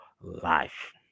life